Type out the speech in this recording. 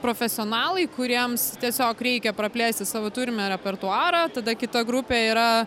profesionalai kuriems tiesiog reikia praplėsti savo turime repertuarą tada kita grupė yra